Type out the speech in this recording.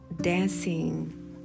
dancing